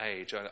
age